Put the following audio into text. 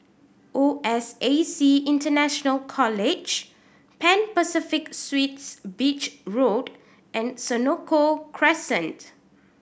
O S A C International College Pan Pacific Suites Beach Road and Senoko Crescent